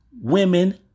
women